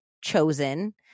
chosen